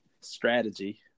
strategy